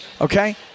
okay